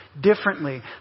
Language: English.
differently